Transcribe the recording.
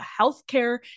healthcare